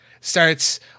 starts